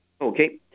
Okay